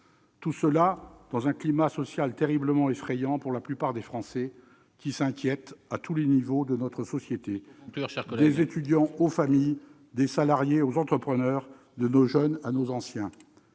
plus besoin, dans un climat social terriblement effrayant pour la plupart des Français, qui s'inquiètent, quel que soit leur niveau au sein de notre société, des étudiants aux familles, des salariés aux entrepreneurs, de nos jeunes à nos anciens.